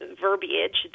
verbiage